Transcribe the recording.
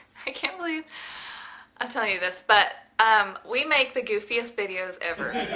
i can't believe i'll tell you this. but, um we make the goofiest videos ever.